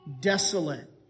desolate